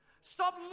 Stop